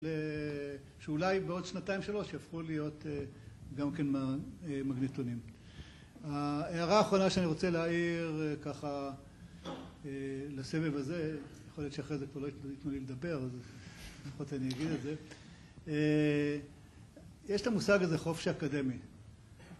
שאולי בעוד שנתיים-שלוש יהפכו להיות גם כן מהמגנטונים. ההערה האחרונה שאני רוצה להעיר ככה לסבב הזה, יכול להיות שאחרי זה כבר לא יתנו לי לדבר, אז לפחות אני אגיד את זה, יש את המושג הזה 'חופש אקדמי'.